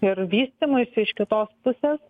ir vystymuisi iš kitos pusės